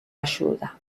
ayuda